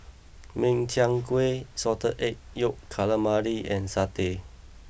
Min Chiang Kueh Salted Egg Yolk Calamari and Satay